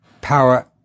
power